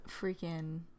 freaking